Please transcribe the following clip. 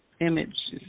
images